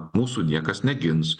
mūsų niekas negins